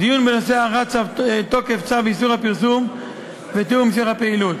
דיון בנושא הארכת תוקף צו איסור הפרסום ותיאום המשך הפעילות.